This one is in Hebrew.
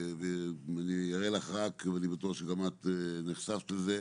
ואני בטוח שגם את נחשפת לזה,